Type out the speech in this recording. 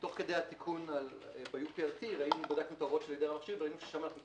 תוך כדי התיקון ב-UPRT בדקנו את ההוראות של